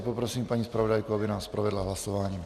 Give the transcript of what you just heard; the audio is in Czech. Poprosím tedy paní zpravodajku, aby nás provedla hlasováním.